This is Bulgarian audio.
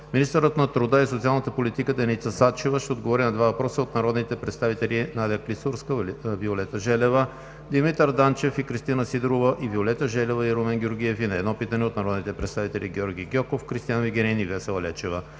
Министърът на труда и социалната политика Деница Сачева ще отговори на два въпроса от народните представители Надя Клисурска-Жекова, Виолета Желева, Димитър Данчев и Кристина Сидорова; и Виолета Желева и Румен Георгиев; и на едно питане от народните представители Георги Гьоков, Кристиан Вигенин и Весела Лечева.